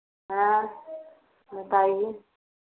हाँ बताइए